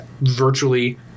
virtually